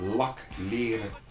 lakleren